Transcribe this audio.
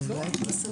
לא.